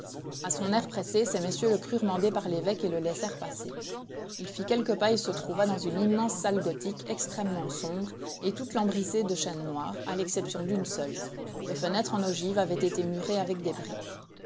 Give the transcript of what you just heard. a son air pressé ces messieurs le crurent mandé par l'évêque et le laissèrent passer il fit quelques pas et se trouva dans une immense salle gothique extrêmement sombre et toute lambrissée de chêne noir à l'exception d'une seule les fenêtres en ogive avaient été murées avec des briques